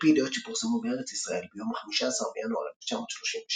על פי ידיעות שפורסמו בארץ ישראל ביום 15 בינואר 1936